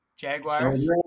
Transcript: jaguars